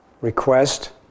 request